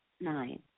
Nine